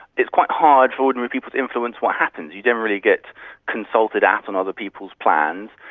it's quite hard for ordinary people to influence what happens. you never really get consulted at on other people's plans.